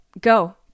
Go